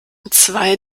zwei